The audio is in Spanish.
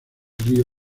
río